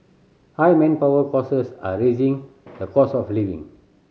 high manpower are raising the cost of living